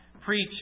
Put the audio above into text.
preach